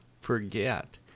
forget